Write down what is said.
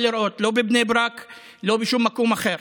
לראות לא בבני ברק ולא בשום מקום אחר.